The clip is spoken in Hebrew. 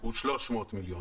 הוא 300 מיליון